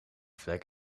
vlek